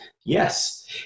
Yes